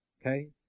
Okay